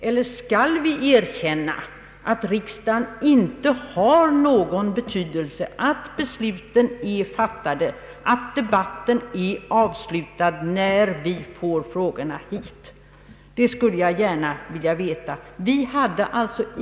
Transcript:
Eller skall vi erkänna att riksdagen inte har någon betydelse, att besluten är fattade och att debatten är avslutad när vi får frågorna hit? Det skulle jag gärna vilja få svar på.